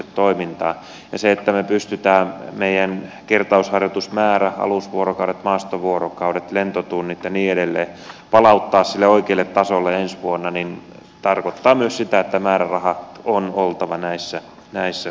se että me pystymme meidän kertausharjoitusmäärän alusvuorokaudet maastovuorokaudet lentotunnit ja niin edelleen palauttamaan sille oikealle tasolle ensi vuonna tarkoittaa myös sitä että määrärahan on oltava näissä kohdillaan